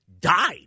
died